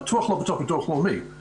בטוח לא בתוך ביטוח לאומי.